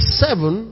seven